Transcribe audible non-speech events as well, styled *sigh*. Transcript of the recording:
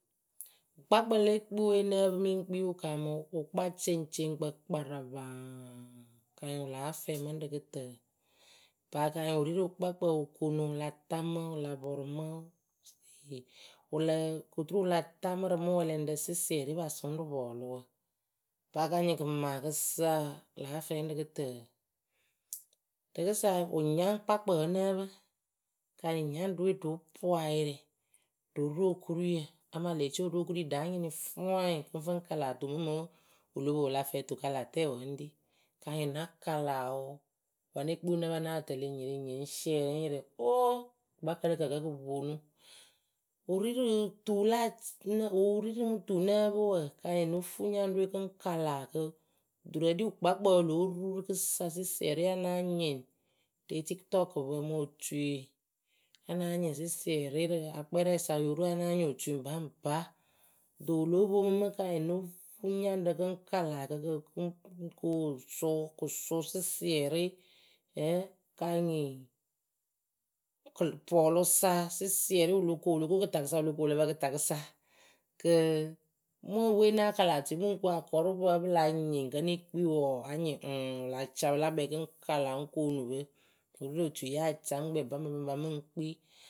wɨkpakpǝ le gbɨwe nǝ́ǝ pɨ mɨŋ kpii wɨ kaamɨ wɨkpa ceŋceŋkpǝ kparapaŋ kanyɩŋ wɨ láa fɛmɨ arɨ kɨtǝǝ. paa kanyɩŋ wɨ ri rɨ wɨkpakpǝ wɨ konu wɨla tamɨ wɨla pɔrʊ mɨ *hesitation* wɨlǝ koturu wɨla tamɨ rɨ mɨ wɛlɛŋɖǝ sɩsɩrɩ pasʊarɨ pɔlʊwǝ paa ka nyɩŋ kɨmaakɨsa kɨ láa fɛ ǝrɨ kɨtǝǝ rɨkɨsa wɨnyaŋkpakpǝ wǝ nǝ́ǝ pɨ kanyɩŋ nyaŋɖɨwe ɖo poayɩrɩ ɖo ru okuruyǝ amaa lee ce ru okuri ɖa nyɩnɩ fwanyɩŋ kɨŋ fɨ ŋ kala tuwǝ mɨŋmɨ wɨlo po wɨla fɛ tukalatɛ wǝ ŋri kanyɩŋ na kalawʊ. wǝ ne kpii wɨ nǝpɨ náa tɛlɩ nyiriŋnyi ŋ sɩɛrɩ ŋ yɩrɩ wooo kɨkpakǝ lǝgǝ kǝ kj poonu wɨ ri rɨ tu wɨ láa nǝ wɨ wɨrirɨ mɨ tu nǝ́ǝ pɨ wǝ kanyɩŋ no fuu nyaŋɖǝ we kɨŋ kala kɨ duturǝ ɖi wɨkpakpǝ wɨlo lóo ru rɨkɨsa sɩsɩɛrɩ nya náa nyɩŋ re tikɨtɔkɨpǝ mo tui nya na nyɩŋ sɩsɩɛrɩ rɨ akpɛrɛ sa yo ru nya na nyɩŋ otui baŋba. do wɨlo poŋ mɨmɨ kanyɩŋ no fuu nyaŋɖǝ kɨŋ kala rɨ kɨwɨ sʊ kɨ sʊ sɩsɩɛrɩ ɛŋ kanyɩŋ kɨ pʊlʊsa sɩsɩɛrɩ wɨlo koŋ wɨlo ka kɨtakɨsa wɨlo koŋ wɨlǝ pǝ kɨtakɨsa kɨ mɨŋ epwe náa kala otui mɨŋ ku akɔrʊpǝ wǝ pɨla nyɩŋ kǝ ne kpii wɔɔ anyɩŋ ɨŋŋ wɨla ca pɨ la kpɛ kɨŋ kala ŋ koonu pɨ wɨ ri rɨ otui ya camɨkpɛ baŋba mɨŋ kpii.